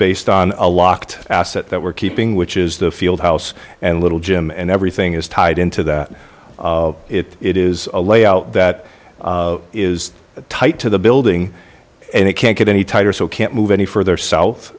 based on a locked asset that we're keeping which is the field house and little gym and everything is tied into that it is a layout that is tight to the building and it can't get any tighter so can't move any further south